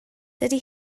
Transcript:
dydy